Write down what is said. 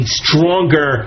stronger